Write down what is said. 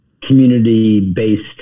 community-based